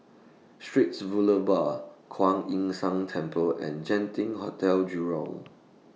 Straits Kuan Yin San Temple and Genting Hotel Jurong